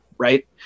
Right